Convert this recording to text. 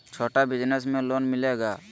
छोटा बिजनस में लोन मिलेगा?